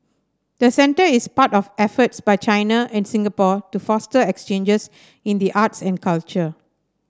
the centre is part of efforts by China and Singapore to foster exchanges in the arts and culture